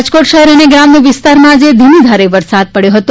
રાજકોટ શહેર અને ગ્રામ્ય વિસ્તારમાં આજે ધીમી ધારે વરસાદ પડથો હતો